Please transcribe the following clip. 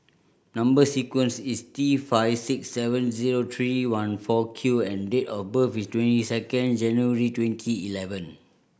number sequence is T five six seven zero three one four Q and date of birth is twenty second January twenty eleven